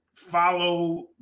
Follow